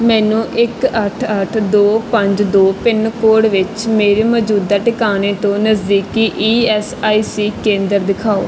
ਮੈਨੂੰ ਇੱਕ ਅੱਠ ਅੱਠ ਦੋ ਪੰਜ ਦੋ ਪਿੰਨਕੋਡ ਵਿੱਚ ਮੇਰੇ ਮੌਜੂਦਾ ਟਿਕਾਣੇ ਤੋਂ ਨਜ਼ਦੀਕੀ ਈ ਐੱਸ ਆਈ ਸੀ ਕੇਂਦਰ ਦਿਖਾਓ